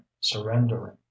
surrendering